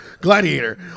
Gladiator